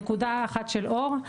נקודה אחת של אור.